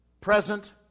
present